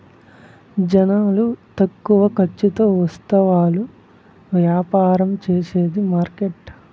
జనాలు తక్కువ ఖర్చుతో ఉత్పత్తులు యాపారం చేసేది మార్కెట్